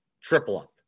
triple-up